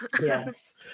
Yes